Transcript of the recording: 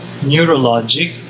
neurologic